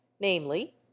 namely